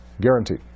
Guaranteed